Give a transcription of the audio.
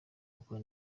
gukora